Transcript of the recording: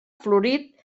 florit